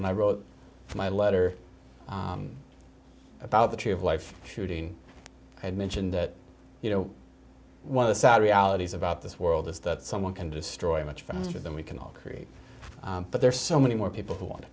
when i wrote my letter about the tree of life shooting i had mentioned that you know one of the sad realities about this world is that someone can destroy much faster than we can all create but there are so many more people who want to